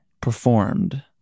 performed